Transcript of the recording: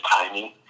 timing